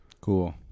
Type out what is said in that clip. Cool